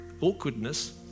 awkwardness